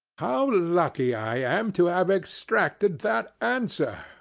how lucky i am to have extracted that answer,